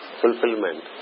fulfillment